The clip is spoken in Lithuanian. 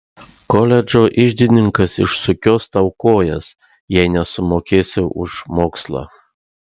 koledžo iždininkas išsukios tau kojas jei nesumokėsi už mokslą